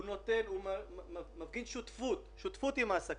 הוא מפגין שותפות, שותפות עם העסקים.